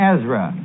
Ezra